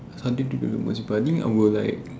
something differently from most people I think I will like